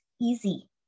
easy